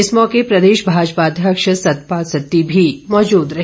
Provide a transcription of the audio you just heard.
इस मौके प्रदेश भाजपा अध्यक्ष सतपाल सत्ती भी मौजूद रहे